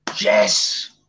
Yes